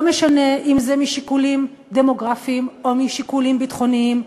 לא משנה אם משיקולים דמוגרפיים או משיקולים ביטחוניים.